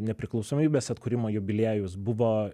nepriklausomybės atkūrimo jubiliejus buvo